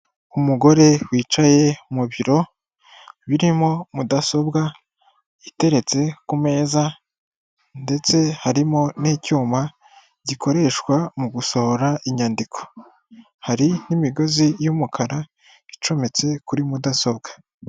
Umugore wicaye mu biro birimo mudasobwa iteretse ku meza ndetse harimo n'icyuma gikoreshwa mu gusohora inyandiko. hari n'imigozi y'umukara icometse kuri mudasobwa.